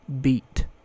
beat